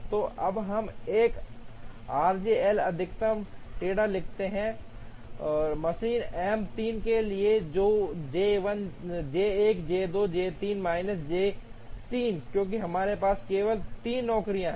तो अब हम 1 आरजे एल अधिकतम डेटा लिखते हैं मशीन M 3 के लिए जो J 1 J 2 J 3 J 3 क्योंकि हमारे पास केवल 3 नौकरियां हैं